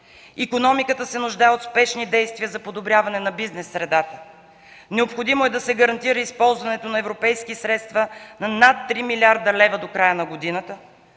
икономиката се нуждае от спешни действия за подобряване на бизнес средата; - е необходимо да се гарантира използването на европейски средства над 3 млрд. лв. до края на годината;